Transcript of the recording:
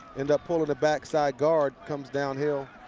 end up pulling the backside guard. comes downhill.